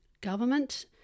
government